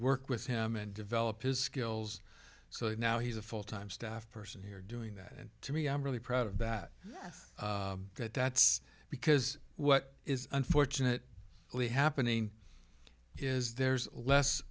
work with him and develop his skills so that now he's a full time staff person here doing that and to me i'm really proud of that that that's because what is unfortunate really happening is there's less